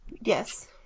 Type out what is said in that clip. Yes